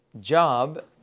job